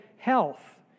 health